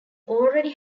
already